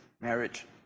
marriage